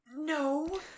No